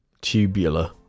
tubular